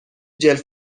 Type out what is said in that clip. جلف